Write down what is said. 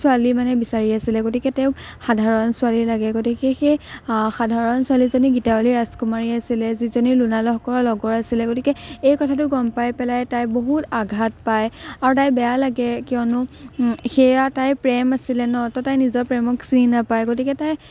ছোৱালী মানে বিচাৰি আছিলে গতিকে তেওঁক সাধাৰণ ছোৱালী লাগে গতিকে সেই সাধাৰণ ছোৱালীজনী গীতাৱলী ৰাজকুমাৰী আছিলে যিজনী লোনা লহকৰৰ লগৰ আছিলে গতিকে এই কথাটো গম পাই পেলাই তাই বহুত আঘাত পায় আৰু তাই বেয়া লাগে কিয়নো সেয়া তাই প্ৰেম আছিলে ন তো তাই নিজৰ প্ৰেমক চিনি নাপায় গতিকে তাই